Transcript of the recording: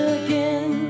again